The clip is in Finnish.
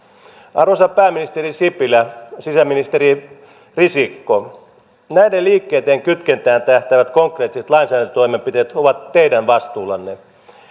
arvoisa pääministeri sipilä sisäministeri risikko näiden liikkeiden kytkentään tähtäävät konkreettiset lainsäädäntötoimenpiteet ovat teidän vastuullanne